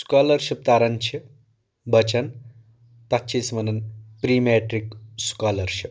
scholarship تَران چھِ بَچن تَتھ چھِ أسۍ وَنان پرٛی میٹرِک سٔکالرشِپ